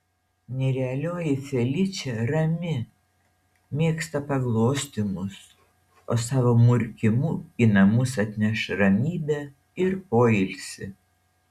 nerealioji feličė rami mėgsta paglostymus o savo murkimu į namus atneš ramybę ir poilsį